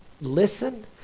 listen